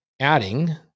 adding